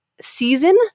season